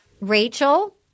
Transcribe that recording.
Rachel